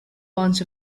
bunch